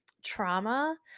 trauma